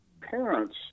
parents